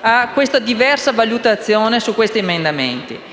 a una diversa valutazione su questi emendamenti.